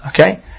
Okay